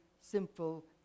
simple